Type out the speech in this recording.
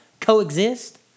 Coexist